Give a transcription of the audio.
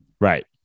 Right